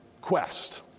quest